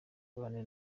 abane